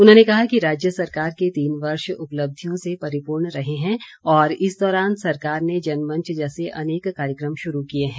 उन्होंने कहा कि राज्य सरकार के तीन वर्ष उपलब्धियों से परिपूर्ण रहे हैं और इस दौरान सरकार ने जनमंच जैसे अनेक कार्यक्रम शुरू किए हैं